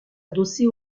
adossés